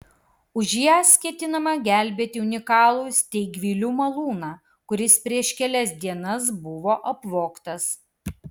už jas ketinama gelbėti unikalų steigvilių malūną kuris prieš kelias dienas buvo apvogtas